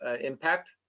impact